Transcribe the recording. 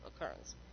occurrence